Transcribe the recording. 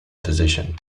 physician